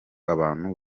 abantu